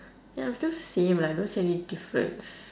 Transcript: ya I'm still same lah I don't see any difference